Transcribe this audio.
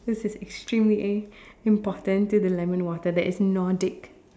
this is extremely eh important to the lemon water that is Nordic